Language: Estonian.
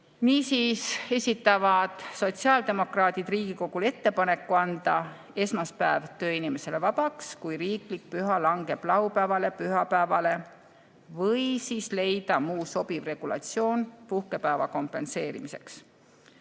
Niisiis esitavad sotsiaaldemokraadid Riigikogule ettepaneku anda esmaspäev tööinimesele vabaks, kui riiklik püha langeb laupäevale või pühapäevale, või siis leida muu sobiv regulatsioon puhkepäeva kompenseerimiseks.